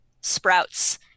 sprouts